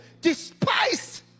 despise